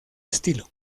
estilo